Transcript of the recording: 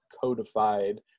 codified